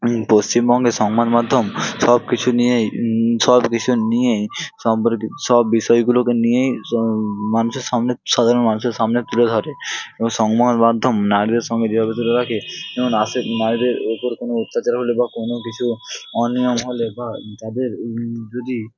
পশ্চিমবঙ্গের সংবাদমাধ্যম সব কিছু নিয়েই সব বিষয় নিয়েই সম্পর্কিত সব বিষয়গুলোকে নিয়েই স মানুষের সামনে সাধারণ মানুষের সামনে তুলে ধরে এবং সংবাদমাধ্যম নারীদের সঙ্গে যেভাবে তুলে রাখে যেমন আশে মায়েদের ওপর কোনো অত্যাচার হলে বা কোনো কিছু অনিয়ম হলে বা যাদের যদি